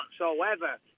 whatsoever